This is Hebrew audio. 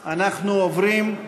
אנחנו עוברים,